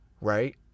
right